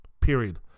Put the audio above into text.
Period